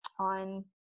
on